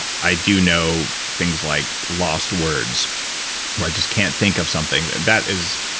i do know things like lost words, where i just can't think of something. that is.